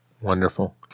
Wonderful